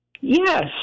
Yes